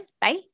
Bye